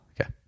Okay